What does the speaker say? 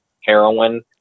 heroin